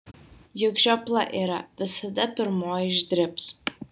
juk žiopla yra visada pirmoji išdribs